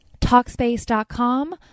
talkspace.com